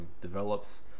develops